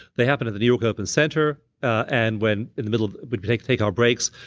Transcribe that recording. they happen at the new york urban center, and when, in the middle, we take take our breaks,